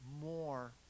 more